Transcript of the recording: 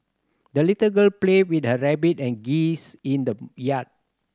the little girl played with her rabbit and geese in the yard